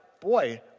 boy